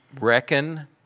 Reckon